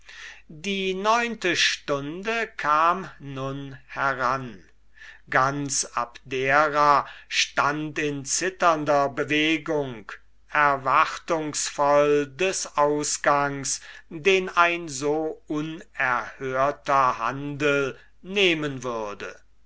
die neunte stunde kam nun heran ganz abdera stund in zitternder bewegung erwartungsvoll des ausgangs den ein so unerhörter handel nehmen würde